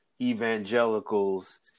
evangelicals